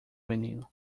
menino